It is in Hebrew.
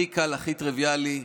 הכי קל, הכי טריוויאלי.